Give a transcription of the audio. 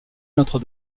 notre